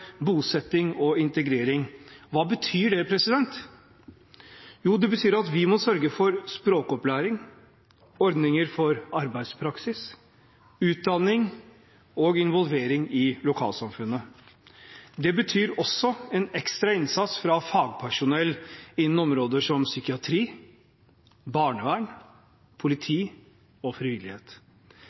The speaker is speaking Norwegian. bosetting og integrering. Hva betyr det? Jo, det betyr at vi må sørge for språkopplæring, ordninger for arbeidspraksis, utdanning og involvering i lokalsamfunnet. Det betyr også en ekstra innsats fra fagpersonell innen områder som psykiatri, barnevern, politi og frivillighet.